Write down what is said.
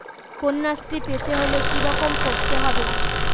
কন্যাশ্রী পেতে হলে কি করতে হবে?